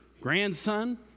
grandson